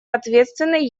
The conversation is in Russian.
ответственный